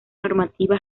normativa